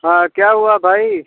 हाँ क्या हुआ भाई